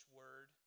word